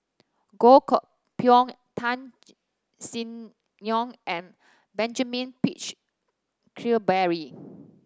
Goh Koh Pui Tan Sin Aun and Benjamin Peach Keasberry